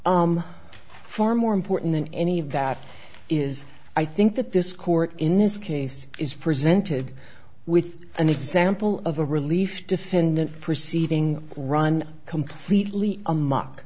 far more important than any of that is i think that this court in this case is presented with an example of a relief defendant proceeding run completely amo